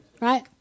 Right